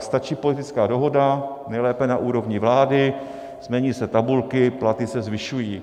Stačí politická dohoda, nejlépe na úrovni vlády, změní se tabulky, platy se zvyšují.